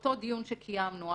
אותו דיון שקיימנו.